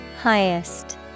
Highest